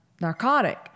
narcotic